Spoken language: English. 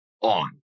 on